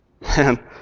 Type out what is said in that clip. Man